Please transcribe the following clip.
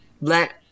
let